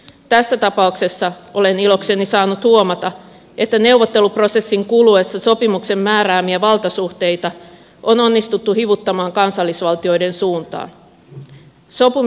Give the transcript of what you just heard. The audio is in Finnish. tässä tapauksessa olen ilokseni saanut huomata että neuvotteluprosessin kuluessa sopimuksen määräämiä valtasuhteita on onnistuttu hivuttamaan kansallisvaltioiden suuntaan